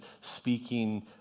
speaking